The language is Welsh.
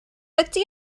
ydy